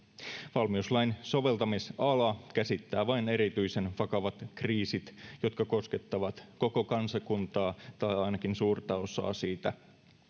valmiuslain soveltamisala käsittää vain erityisen vakavat kriisit jotka koskettavat koko kansakuntaa tai ainakin suurta osaa siitä